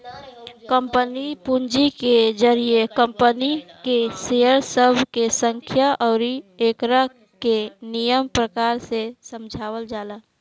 share पूंजी के जरिए कंपनी के शेयर सब के संख्या अउरी एकरा के निमन प्रकार से समझावल जाला